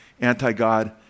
anti-God